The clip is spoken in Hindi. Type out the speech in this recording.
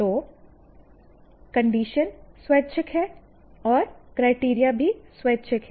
तोकंडीशन स्वैच्छिक हैं और क्राइटेरिया भी स्वैच्छिक हैं